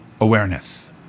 awareness